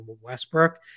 westbrook